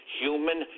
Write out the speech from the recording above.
human